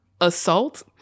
assault